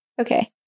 Okay